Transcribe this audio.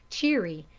cheery,